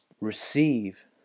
receive